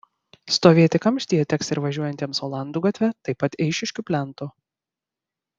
stovėti kamštyje teks ir važiuojantiems olandų gatve taip pat eišiškių plentu